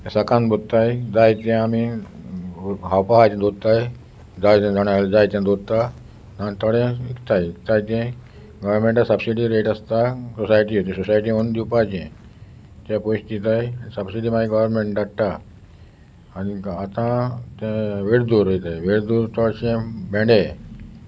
सकान दवत्ताय जायते आमी खावपाच दवरत्ताय जाय ते जाण जायतें दवरत्ता आनी थोडें विकताय विकताय तें गोरमेंटा सबसिडी रेट आसता सोसायटी सोसायटी म्हणून दिवपाचें ते पयशे दिताय सबसिडी मागीर गव्हवरमेंट धाडटा आनी आतां तें वेरदूर रोयताय वेरदूर चडशें भेंडे